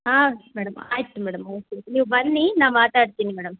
ಹಾಂ ಮೇಡಮ್ ಆಯಿತು madam okay ನೀವು ಬನ್ನಿ ನಾನು ಮಾತಾಡ್ತೀನಿ ಮೇಡಮ್